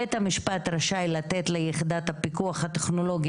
בית המשפט רשאי לתת ליחידת הפיקוח הטכנולוגי